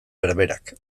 berberak